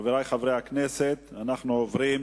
חברי חברי הכנסת, אנו עוברים